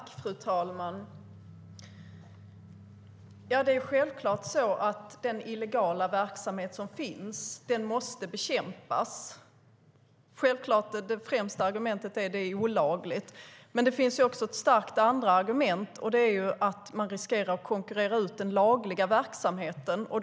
Fru talman! Självklart måste den illegala verksamhet som finns bekämpas. Det främsta argumentet är att det är olagligt. Det finns dock ett annat starkt argument, och det är att den lagliga verksamheten riskerar att konkurreras ut.